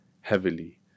heavily